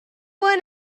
one